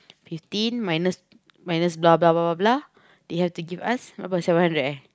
fifteen minus minus they have to give us apa seven hundred eh